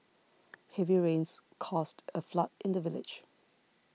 heavy rains caused a flood in the village